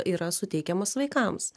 yra suteikiamos vaikams